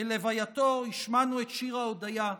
בלווייתו השמענו את שיר ההודיה,